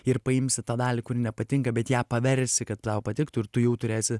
ir paimsi tą dalį kuri nepatinka bet ją paversi kad tau patiktų ir tu jau turėsi